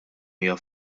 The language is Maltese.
hija